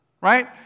Right